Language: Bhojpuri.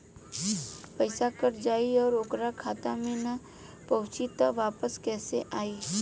पईसा कट जाई और ओकर खाता मे ना पहुंची त वापस कैसे आई?